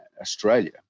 Australia